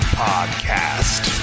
podcast